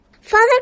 Father